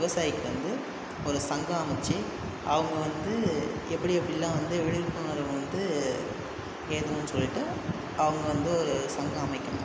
விவசாயிக்கு வந்து ஒரு சங்கம் அமைச்சு அவங்க வந்து எப்படி எப்படிலாம் வந்து விழிப்புணர்வு வந்து வேணும்னு சொல்லிட்டு அவங்க வந்து ஒரு சங்கம் அமைக்கணும்